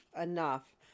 enough